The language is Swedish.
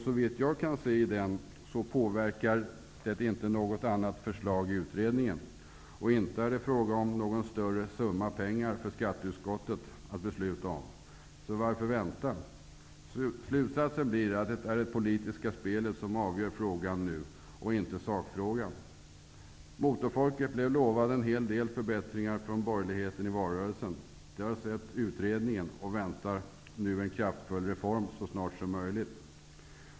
Såvitt jag kan se av den, påverkar det inte något annat förslag i utredningen, och det är inte heller fråga om någon större summa pengar för skatteutskottet att fatta beslut om. Så varför skall man vänta? Slutsatsen blir att det är det politiska spelet som nu avgör frågan och inte sakfrågan. Motorfolket blev lovat en hel del förbättringar från borgerligheten i valrörelsen. Det har sett utredningen och väntar nu på en kraftfull reform så snabbt som möjligt.